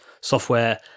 software